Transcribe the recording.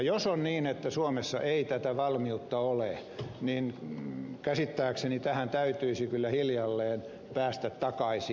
jos on niin että suomessa ei tätä valmiutta ole niin käsittääkseni tähän täytyisi kyllä hiljalleen päästä takaisin